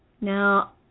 Now